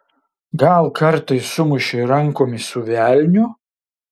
gal kartais sumušei rankomis su velniu